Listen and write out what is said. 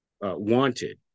wanted